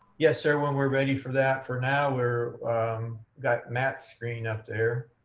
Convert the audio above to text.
yes sir, when we're ready for that for now we're got matt screen up there.